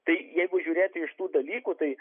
tai jeigu žiūrėti iš tų dalykų tai